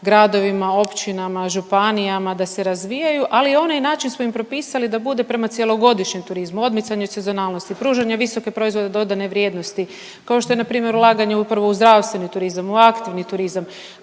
gradovima, općinama, županijama da se razvijaju, ali i onaj način smo im propisali da bude prema cjelogodišnjem turizmu, odmicanju sezonalnosti, pružanja visoke proizvode dodatne vrijednosti kao što je npr. ulaganje upravo u zdravstveni turizam, u aktivni turizam